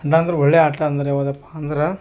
ಆಟ ಅಂದ್ರೆ ಒಳ್ಳೆ ಆಟ ಯಾವುದಪ್ಪ ಅಂದ್ರೆ